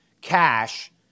cash